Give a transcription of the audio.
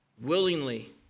willingly